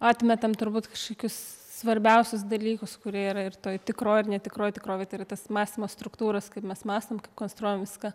atmetam turbūt kažkokius svarbiausius dalykus kurie yra ir toj tikroj ir netikroj tikrovėj tai yra tas mąstymo struktūras kaip mes mąstom konstruojam viską